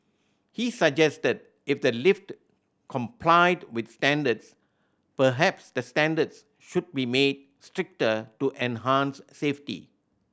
he suggested that if the lift complied with standards perhaps the standards should be made stricter to enhance safety